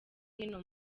hino